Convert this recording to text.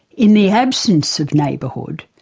in the absence of neighbourhood,